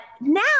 now